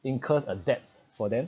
incurred adapt for them